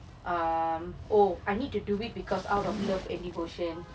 um oh I need to do it because out of love and devotion